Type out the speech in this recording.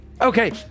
Okay